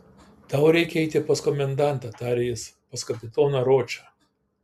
tau reikia eiti pas komendantą tarė jis pas kapitoną ročą